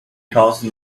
because